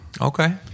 Okay